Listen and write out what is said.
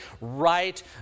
right